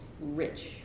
rich